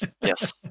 Yes